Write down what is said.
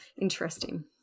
interesting